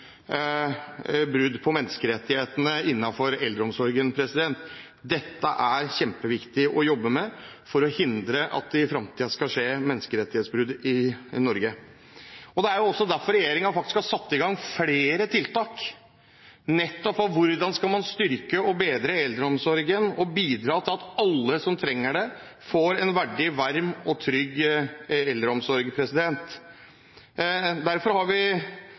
brudd på menneskerettighetene innenfor eldreomsorgen. Dette er kjempeviktig å jobbe med for å hindre at det i fremtiden skal skje menneskerettighetsbrudd i Norge. Det er også derfor regjeringen har satt i gang flere tiltak nettopp for å styrke og bedre eldreomsorgen og bidra til at alle som trenger det, får en verdig, varm og trygg eldreomsorg. Derfor er vi